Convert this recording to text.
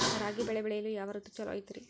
ರಾಗಿ ಬೆಳೆ ಬೆಳೆಯಲು ಯಾವ ಋತು ಛಲೋ ಐತ್ರಿ?